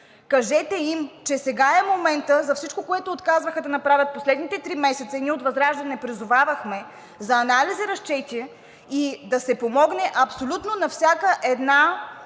кажете им, че сега е моментът за всичко, което отказваха да направят последните три месеца, и ние от ВЪЗРАЖДАНЕ призовавахме за анализи и разчети и да се помогне абсолютно на всяка една